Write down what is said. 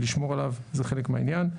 ולשמור עליו זה חלק מהעניין.